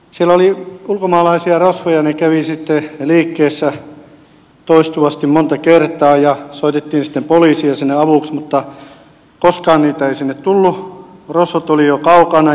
siellä oli ulkomaalaisia rosvoja ja he kävivät sitten liikkeessä toistuvasti monta kertaa ja soitettiin sitten poliiseja sinne avuksi mutta koskaan niitä ei sinne tullut rosvot olivat jo kaukana